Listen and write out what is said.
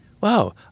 Wow